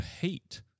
hate